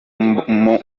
mubona